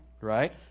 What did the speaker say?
right